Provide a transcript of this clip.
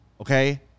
okay